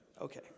Okay